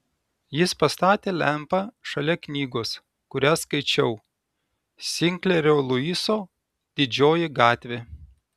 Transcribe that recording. jis pastatė lempą šalia knygos kurią skaičiau sinklerio luiso didžioji gatvė